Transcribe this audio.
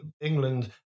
england